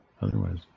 otherwise